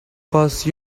cause